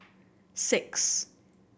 six